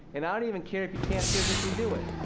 and i don't even care if you can't physically do it,